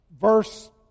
verse